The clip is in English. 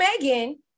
Megan